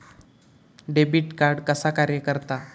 Debit card कसा कार्य करता?